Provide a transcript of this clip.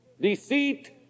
Deceit